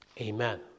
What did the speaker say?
Amen